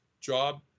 job